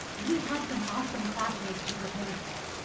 and we had some awesome classmates. to prepare for.